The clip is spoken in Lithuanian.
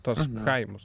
tuos kaimus